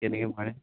কেনেকৈ মাৰে